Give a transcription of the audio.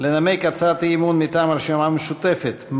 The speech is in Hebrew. לנמק הצעת אי-אמון מטעם הרשימה המשותפת: